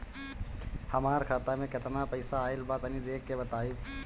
हमार खाता मे केतना पईसा आइल बा तनि देख के बतईब?